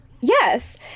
Yes